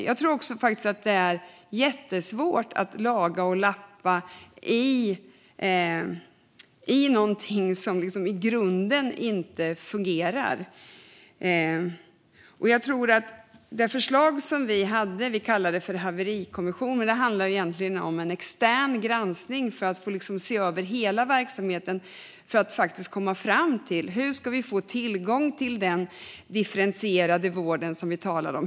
Jag tror också att det är jättesvårt att laga och lappa i någonting som i grunden inte fungerar. Det förslag som vi hade - och som vi kallade för en haverikommission - handlade egentligen om en extern granskning för att se över hela verksamheten och komma fram till hur vi ska få tillgång till den differentierade vård som vi talar om.